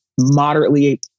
moderately